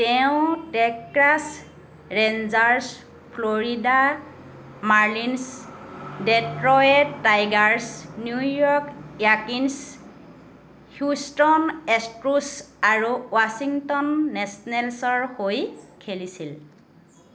তেওঁ Texas Rangers Florida Marlins Detroit Tigers New York য়াকিনছ্ Houston Astros আৰু ৱাশ্বিংটন নেচনেলছৰ হৈ খেলিছিল